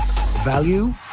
Value